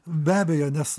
be abejo nes